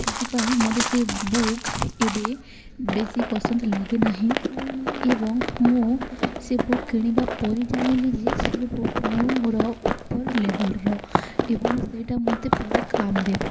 ସେଥିପାଇଁ ମୋତେ ସେ ବୁକ୍ ଏବେ ବେଶୀ ପସନ୍ଦ ଲାଗେ ନାହିଁ ଏବଂ ମୁଁ ସେ ବୁକ୍ କିଣିବା ପରି ଜାଣିଲି ଯେ ସେ ବୁକ୍ ମୋର ଉପର ଲେବ୍ଲ୍ର ଏବଂ ସେଇଟା ମୋତେ ପରେ କାମ ଦେବ